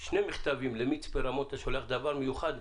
שני מכתבים למצפה רמון, אתה שולח דוור מיוחד?